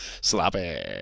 Sloppy